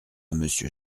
monsieur